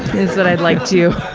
is what i'd like to,